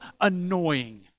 annoying